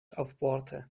aufbohrte